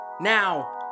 Now